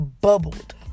bubbled